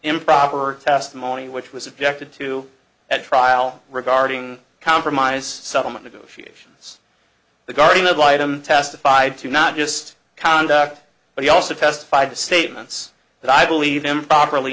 improper testimony which was objected to at trial regarding compromise settlement negotiations the guardian ad litum testified to not just conduct but he also testified to statements that i believe him properly